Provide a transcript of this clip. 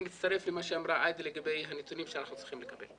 אני מצטרף למה שאמרה עאידה לגבי הנתונים שאנחנו צריכים לקבל.